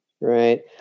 Right